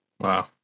Wow